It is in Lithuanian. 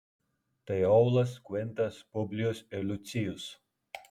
tai aulas kvintas publijus ir lucijus